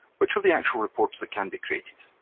which are the actual reports that can be created.